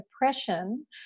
depression